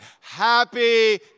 Happy